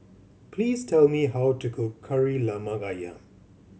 please tell me how to cook Kari Lemak Ayam